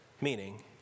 meaning